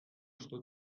что